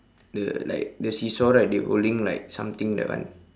the like the seesaw right they holding like something that one